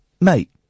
Mate